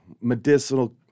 Medicinal